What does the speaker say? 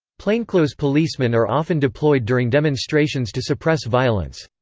plainclothes policemen are often deployed during demonstrations to suppress violence.